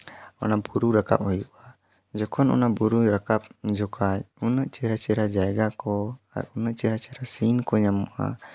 ᱚᱱᱟ ᱵᱩᱨᱩ ᱨᱟᱠᱟᱵ ᱦᱩᱭᱩᱜᱼᱟ ᱡᱚᱠᱷᱚᱡ ᱚᱱᱟ ᱵᱩᱨᱩ ᱨᱟᱠᱟᱵ ᱡᱚᱠᱷᱟᱡ ᱩᱱᱟᱹᱜ ᱪᱮᱦᱨᱟ ᱪᱮᱦᱨᱟ ᱡᱟᱭᱜᱟ ᱠᱚ ᱩᱱᱟᱹᱜ ᱪᱮᱦᱨᱟ ᱪᱮᱦᱨᱟ ᱥᱤᱱ ᱠᱚ ᱧᱟᱢᱚᱜᱼᱟ